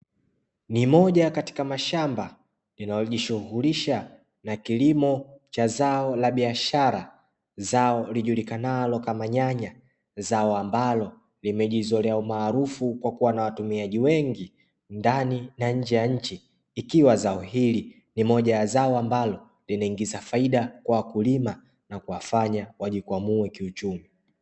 Ni moja katika mashamba linalojishughulisha na kilimo cha zao la biashara, zao lijulikanalo kama nyanya, zao ambalo limejizolea umaarufu kwa kuwa na watumiaji wengi ndani na nje ya nchi, ikiwa zao hili ni moja ya zao ambalo linaingiza faida kwa wakulima na kuwafanya wajikwamue kiuchumi.